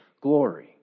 glory